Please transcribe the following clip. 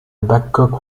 babcock